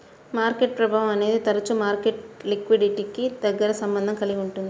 market ప్రభావం అనేది తరచుగా మార్కెట్ లిక్విడిటీకి దగ్గరి సంబంధం కలిగి ఉంటుంది